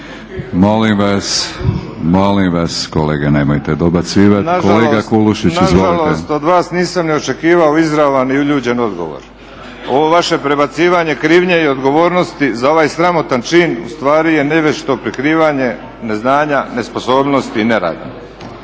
Molim vas, molim vas kolege nemojte dobacivati. Kolega Kulušić izvolite. **Kulušić, Ante (HDZ)** Nažalost, od vas nisam očekivao izravan i uljuđen odgovor. Ovo vaše prebacivanje krivnje i odgovornosti za ova sramotan čin ustvari je nevješto prikrivanje neznanja, nesposobnosti i nerada